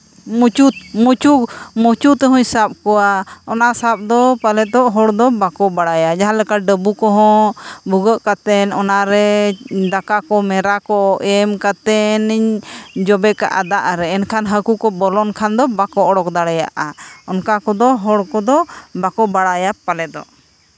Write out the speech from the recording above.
ᱢᱩᱪᱩ ᱢᱩᱪᱩ ᱢᱩᱪᱩ ᱛᱮᱦᱩᱧ ᱥᱟᱵ ᱠᱚᱣᱟ ᱚᱱᱟ ᱥᱟᱵᱽ ᱫᱚ ᱯᱟᱞᱮ ᱫᱚ ᱦᱚᱲ ᱫᱚ ᱵᱟᱠᱚ ᱵᱟᱲᱟᱭᱟ ᱡᱟᱦᱟᱸᱞᱮᱠᱟ ᱰᱟᱵᱩ ᱠᱚᱦᱚᱸ ᱵᱷᱩᱜᱟᱹᱜ ᱠᱟᱛᱮᱫ ᱚᱱᱟ ᱨᱮ ᱫᱟᱠᱟ ᱠᱚ ᱢᱮᱨᱟ ᱠᱚ ᱮᱢ ᱠᱟᱛᱮᱱᱤᱧ ᱡᱚᱵᱮ ᱠᱟᱜᱼᱟ ᱫᱟᱜ ᱨᱮ ᱮᱱᱠᱷᱟᱱ ᱦᱟᱹᱠᱩ ᱠᱚ ᱵᱚᱞᱚᱱ ᱠᱷᱟᱱ ᱫᱚ ᱵᱟᱠᱚ ᱚᱰᱚᱠ ᱫᱟᱲᱮᱭᱟᱜᱼᱟ ᱚᱱᱠᱟ ᱠᱚᱫᱚ ᱦᱚᱲ ᱠᱚᱫᱚ ᱵᱟᱠᱚ ᱵᱟᱲᱟᱭᱟ ᱯᱟᱞᱮᱫᱚᱜ